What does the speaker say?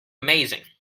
amazing